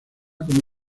como